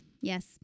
Yes